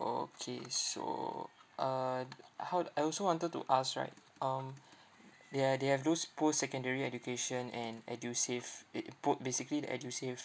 okay so uh how do I also wanted to ask right um they uh they have those post secondary education and edusave it put basically the edusave